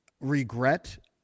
regret